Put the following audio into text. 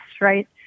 Right